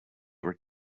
were